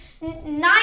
nine